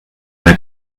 mehr